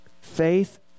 faith